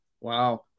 Wow